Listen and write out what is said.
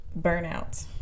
burnout